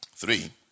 Three